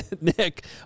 Nick